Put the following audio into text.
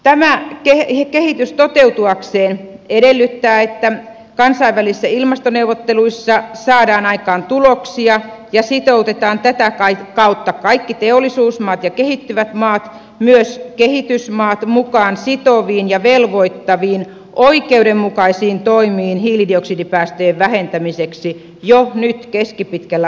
tämä kehitys toteutuakseen edellyttää että kansainvälisissä ilmastoneuvotteluissa saadaan aikaan tuloksia ja sitoutetaan tätä kautta kaikki teollisuusmaat ja kehittyvät maat myös kehitysmaat mukaan sitoviin ja velvoittaviin oikeudenmukaisiin toimiin hiilidioksidipäästöjen vähentämiseksi myös keskipitkällä